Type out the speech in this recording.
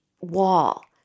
wall